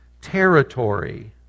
territory